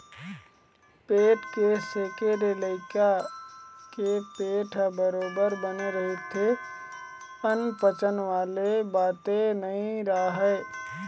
पेट के सेके ले लइका के पेट ह बरोबर बने रहिथे अनपचन वाले बाते नइ राहय